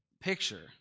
picture